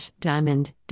Diamond